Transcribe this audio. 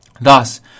Thus